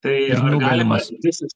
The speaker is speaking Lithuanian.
tai galimas visas